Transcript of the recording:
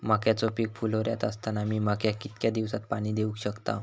मक्याचो पीक फुलोऱ्यात असताना मी मक्याक कितक्या दिवसात पाणी देऊक शकताव?